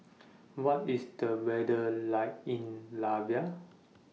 What IS The weather like in Latvia